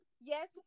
Yes